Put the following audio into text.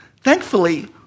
thankfully